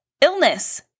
illness